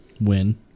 win